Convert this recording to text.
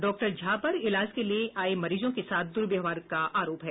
doctor Jha पर इलाज के लिये आये मरीजों के साथ दुर्व्यवहार का आरोप है